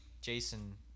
Jason